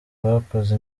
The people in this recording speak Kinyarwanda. bakoze